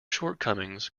shortcomings